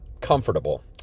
comfortable